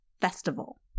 festival